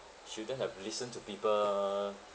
shouldn't have listen to people